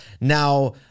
Now